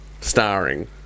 Starring